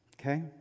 Okay